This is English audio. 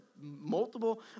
multiple